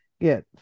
get